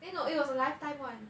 eh no it was a lifetime one